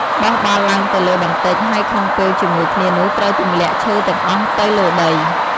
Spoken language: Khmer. បោះបាល់ឡើងទៅលើបន្តិច ហើយក្នុងពេលជាមួយគ្នានោះត្រូវទម្លាក់ឈើទាំងអស់ទៅលើដី។